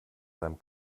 seinem